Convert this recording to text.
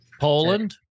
Poland